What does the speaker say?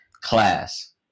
class